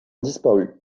disparu